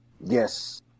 Yes